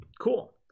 cool